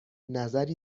نظری